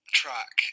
track